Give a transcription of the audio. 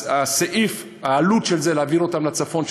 סעיף העלות של העברתן לצפון,